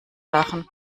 lachen